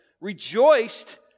rejoiced